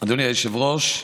היושב-ראש,